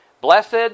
Blessed